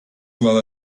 well